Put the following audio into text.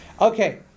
Okay